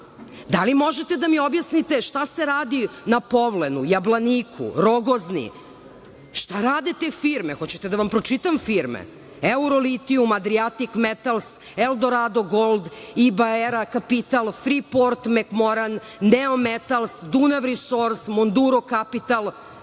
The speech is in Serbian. Da li možete da mi objasnite šta se radi na Povlenu, Jablaniku, Rogozni? Šta rade te firme? Hoćete da vam pročitam firme? Eurolitijum, Adrijatik metals, Eldorado gold, Ibaera kapital, Friport mekmoran, Neometals, Dunas risors, Morduro kapital,